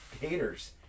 haters